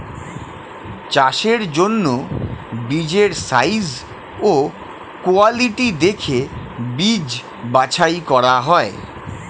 চাষের জন্য বীজের সাইজ ও কোয়ালিটি দেখে বীজ বাছাই করা হয়